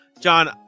John